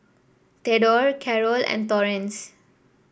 Thedore Carol and Torrence